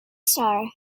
starr